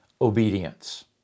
obedience